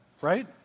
right